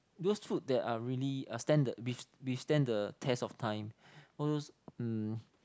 those food that are really uh stand the withstand the test of time all those um